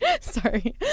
Sorry